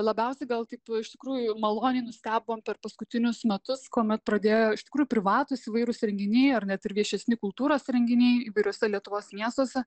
labiausiai gal taip iš tikrųjų maloniai nustebom per paskutinius metus kuomet pradėjo iš tikrųjų privatūs įvairūs renginiai ar net ir viešesni kultūros renginiai įvairiuose lietuvos miestuose